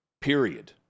period